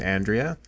Andrea